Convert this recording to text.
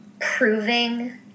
proving